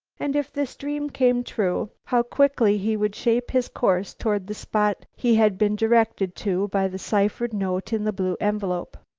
and, if this dream came true, how quickly he would shape his course toward the spot he had been directed to by the ciphered note in the blue envelope!